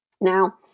now